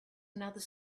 another